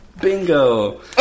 Bingo